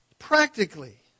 Practically